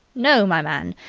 no, my man,